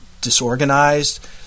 disorganized